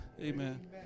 amen